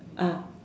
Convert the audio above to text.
ah